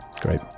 great